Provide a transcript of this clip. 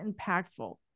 impactful